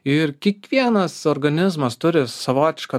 ir kiekvienas organizmas turi savotišką